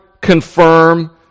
confirm